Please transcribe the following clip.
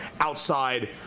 outside